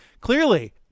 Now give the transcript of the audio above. clearly